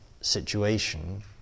situation